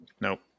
Nope